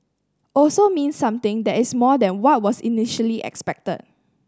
also means something that is more than what was initially expected